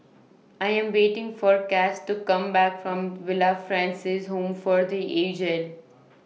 I Am waiting For Cas to Come Back from Villa Francis Home For The Aged